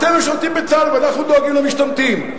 אתם משרתים בצה"ל ואנחנו דואגים למשתמטים.